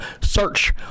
search